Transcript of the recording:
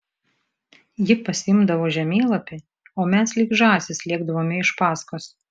ji pasiimdavo žemėlapį o mes lyg žąsys lėkdavome iš paskos